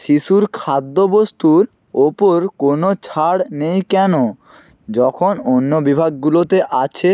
শিশুর খাদ্য বস্তুর ওপর কোনও ছাড় নেই কেন যখন অন্য বিভাগগুলোতে আছে